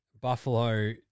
Buffalo